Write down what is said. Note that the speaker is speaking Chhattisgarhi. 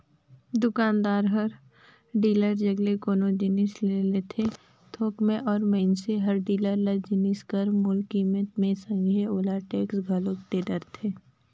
दुकानदार हर डीलर जग ले कोनो जिनिस ले लेथे थोक में अउ मइनसे हर डीलर ल जिनिस कर मूल कीमेत के संघे ओला टेक्स घलोक दे डरथे